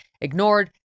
ignored